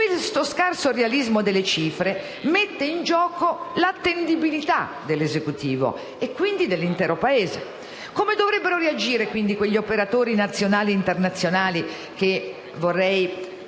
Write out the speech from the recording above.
questo scarso realismo delle cifre mette in gioco l'attendibilità dell'Esecutivo, quindi, dell'intero Paese. Come dovrebbero reagire quegli operatori nazionali e internazionali che - vorrei